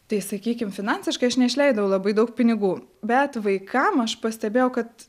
tai sakykim finansiškai aš neišleidau labai daug pinigų bet vaikam aš pastebėjau kad